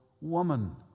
woman